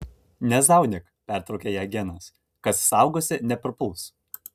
nezaunyk pertarė ją genas kas saugosi neprapuls